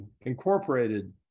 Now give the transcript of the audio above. Incorporated